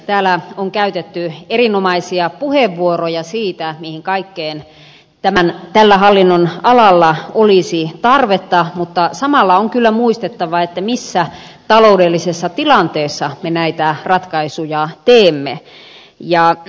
täällä on käytetty erinomaisia puheenvuoroja siitä mihin kaikkeen tällä hallinnonalalla olisi tarvetta mutta samalla on kyllä muistettava missä taloudellisessa tilanteessa me näitä ratkaisuja teemme